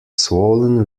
swollen